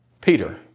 Peter